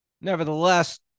Nevertheless